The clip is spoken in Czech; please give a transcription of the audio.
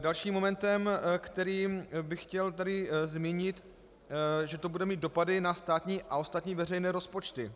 Dalším momentem, který bych chtěl tady zmínit, že to bude mít dopady na státní a ostatní veřejné rozpočty.